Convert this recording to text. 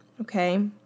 okay